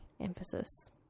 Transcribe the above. emphasis